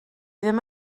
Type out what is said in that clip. ddim